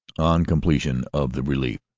on completion of the relief.